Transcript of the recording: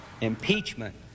Impeachment